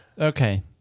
Okay